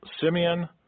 Simeon